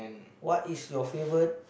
what is your favourite